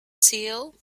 teal